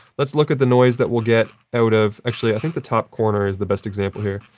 let's look at the noise that we'll get out of actually, i think the top corner is the best example here.